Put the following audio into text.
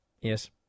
Yes